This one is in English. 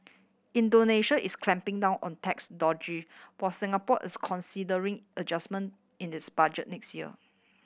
Indonesia is clamping down on tax dodger while Singapore is considering adjustment in its budget next year